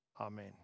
Amen